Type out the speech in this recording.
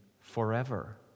forever